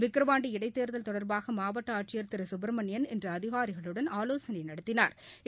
விக்ரவாண்டி இடைத்தேர்தல் தொடர்பாக மாவட்ட ஆட்சியர் திரு சுப்ரமணியன் இன்று அதிகாரிகளுடன் ஆலோசனை நடத்தினாா்